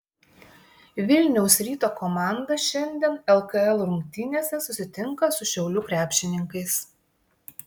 vilniaus ryto komanda šiandien lkl rungtynėse susitinka su šiaulių krepšininkais